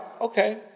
okay